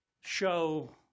show